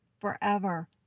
forever